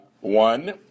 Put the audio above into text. One